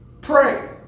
Pray